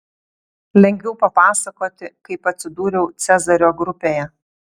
lengviau papasakoti kaip atsidūriau cezario grupėje